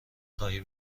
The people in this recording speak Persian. خواهی